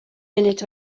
munud